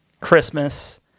Christmas